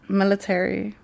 military